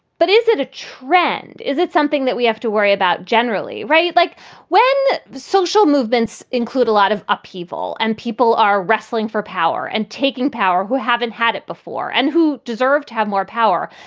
but is it a trend? is it something that we have to worry about generally? right. like when social movements include a lot of upheaval and people are wrestling for power and taking power who haven't had it before and who deserve to have more power.